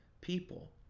people